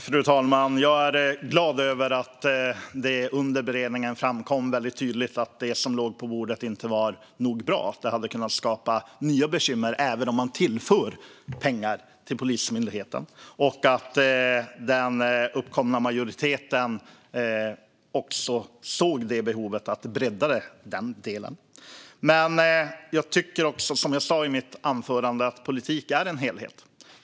Fru talman! Jag är glad över att det under beredningen framkom väldigt tydligt att det som låg på bordet inte var nog bra. Det hade kunnat skapa nya bekymmer även om man tillför pengar till Polismyndigheten. Den uppkomna majoriteten såg också behovet av att bredda den delen. Som jag sa i mitt anförande är politik en helhet.